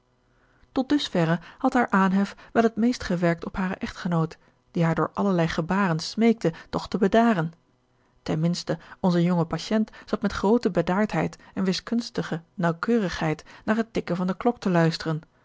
dus verre had haar aanhef wel het meest gewerkt op haren echtgenoot die haar door allerlei gebaren smeekte toch te bedaren ten minste onze jonge patient zat met groote bedaardheid en wiskunstige naauwkeurigheid naar het tikken van de klok te luisteren